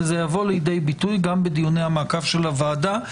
וזה יבוא לידי ביטוי גם בדיוני המעקב של הוועדה.